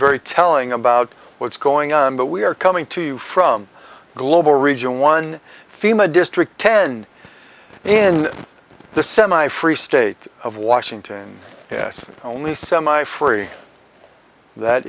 very telling about what's going on but we are coming to you from global region one fema district ten in the semi free state of washington yes only semi free that